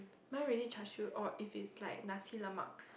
mine really char siew or if it's like Nasi-Lemak